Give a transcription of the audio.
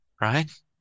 right